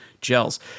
gels